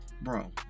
Bro